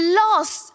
lost